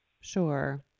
Sure